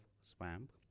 Swamp